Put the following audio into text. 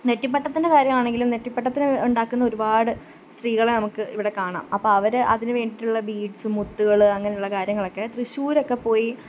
നെറ്റിപ്പട്ടത്തിന്റെ കാര്യമാണെങ്കിലും നെറ്റിപ്പട്ടത്തിന് ഉണ്ടാക്കുന്ന ഒരുപാട് സ്ത്രീകളെ നമുക്ക് ഇവിടെ കാണാം അപ്പം അവർ അതിന് വേണ്ടിയിട്ടുള്ള ബീഡ്സ് മുത്തുകൾ അങ്ങനെയുള്ള കാര്യങ്ങളൊക്കെ തൃശൂരൊക്കെപ്പോയി